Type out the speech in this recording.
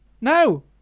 No